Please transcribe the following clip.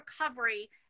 recovery